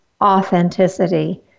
authenticity